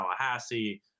Tallahassee